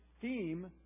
theme